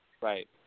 Right